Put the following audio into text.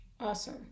Awesome